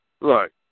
look